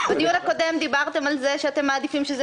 בדיון הקודם דיברתם על כך שאתם מעדיפים שזה